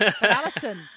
Alison